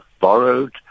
borrowed